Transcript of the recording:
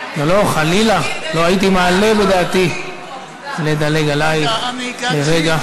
לא, חלילה, לא הייתי מעלה בדעתי לדלג עלייך לרגע.